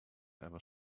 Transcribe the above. ever